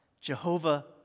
Jehovah